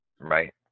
right